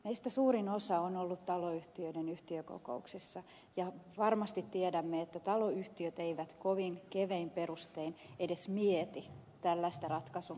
meistä suurin osa on ollut taloyhtiöiden yhtiökokouksissa ja varmasti tiedämme että taloyhtiöt eivät kovin kevein perustein edes mieti tällaisen ratkaisun käyttämistä